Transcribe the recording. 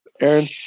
Aaron